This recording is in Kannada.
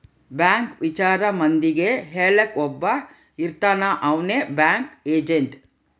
ಬ್ಯಾಂಕ್ ವಿಚಾರ ಮಂದಿಗೆ ಹೇಳಕ್ ಒಬ್ಬ ಇರ್ತಾನ ಅವ್ನೆ ಬ್ಯಾಂಕ್ ಏಜೆಂಟ್